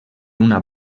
una